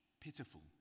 pitiful